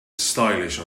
stylish